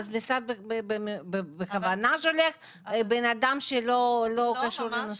בכוונה שולח אדם שלא קשור לנושא?